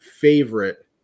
favorite